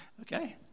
Okay